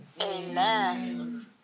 Amen